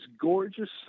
gorgeous